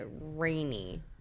rainy